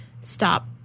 stop